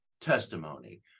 testimony